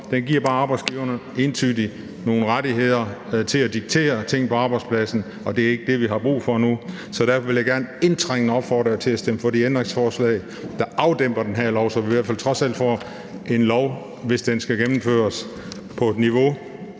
den giver bare entydigt arbejdsgiverne nogle rettigheder til at diktere ting på arbejdspladsen, og det er ikke det, vi har brug for nu. Så derfor vil jeg gerne indtrængende opfordre jer til at stemme for de ændringsforslag, der afdæmper det her lovforslag, så vi i hvert fald trods alt får en lov, hvis den skal gennemføres, på et niveau,